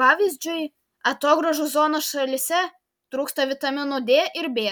pavyzdžiui atogrąžų zonos šalyse trūksta vitaminų d ir b